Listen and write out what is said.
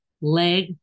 leg